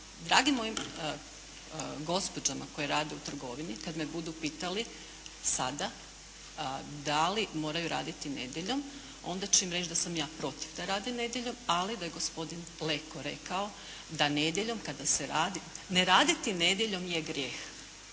dragim mojim gospođama koje rade u trgovini kad me budu pitali sada da li moraju raditi nedjeljom, onda ću im reći da sam ja protiv da rade nedjeljom, ali da je gospodin Leko rekao da nedjeljom kada se radi, ne raditi nedjeljom je grijeh.